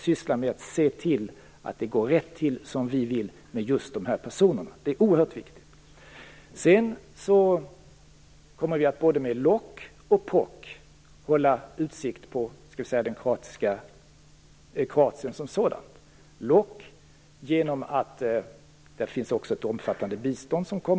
Han kommer direkt från Mostar, där han varit i två år, och har all den här erfarenheten och kunskapen. Det är oerhört viktigt. Sedan kommer vi att med både lock och pock hålla uppsikt över Kroatien som sådant. Med lock genom att det finns ett omfattande bistånd att få.